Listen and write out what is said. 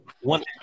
one